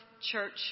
Church